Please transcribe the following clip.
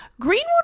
Greenwood